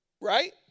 Right